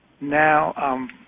Now